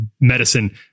medicine